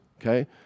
Okay